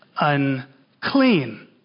unclean